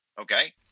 Okay